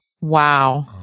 Wow